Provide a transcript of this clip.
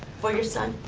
for your son.